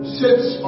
sits